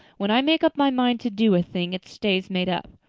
when i make up my mind to do a thing it stays made up.